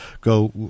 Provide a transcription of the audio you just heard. go